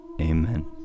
Amen